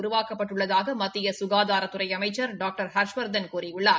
உருவாக்கப்பட்டுள்ளதாக மத்திய சுகாதாரத்துறை அமைச்ச் டாக்டர் ஹர்ஷவர்தன் கூறியுள்ளார்